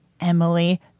Emily